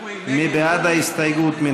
מי בעד ההסתייגות?